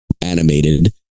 animated